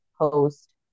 post